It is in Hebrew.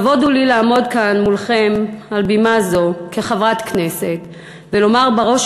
כבוד הוא לי לעמוד כאן מולכם על בימה זו כחברת כנסת ולומר בראש